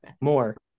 more